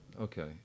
Okay